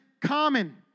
common